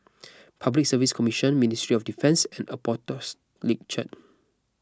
Public Service Commission Ministry of Defence and Apostolic Church